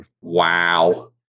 Wow